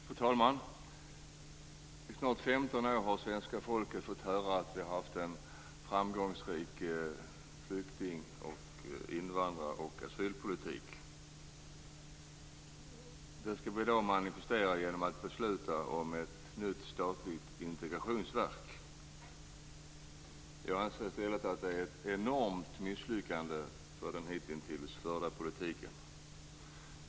Fru talman! I snart 15 år har svenska folket fått höra att vi har haft en framgångsrik flykting-, invandrar och asylpolitik. Detta skall vi i dag manifestera genom att besluta om ett nytt statligt integrationsverk. Jag anser att det är ett stort misslyckande för den hitintills förda politiken.